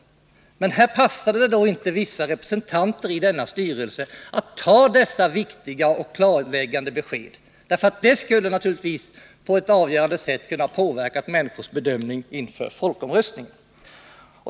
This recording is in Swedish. Men här passade det då inte vissa representanter i denna styrelse att ge dessa viktiga och klarläggande besked —- de skulle naturligtvis på ett avgörande sätt ha kunnat påverka människors bedömning inför folkomröstningen.